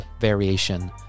variation